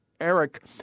Eric